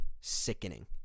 sickening